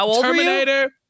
Terminator